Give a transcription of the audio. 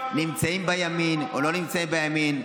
נמצאים בימין או לא נמצאים בימין.